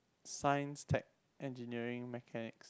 science tech engineering mechanic